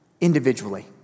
individually